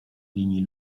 linii